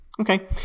Okay